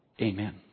Amen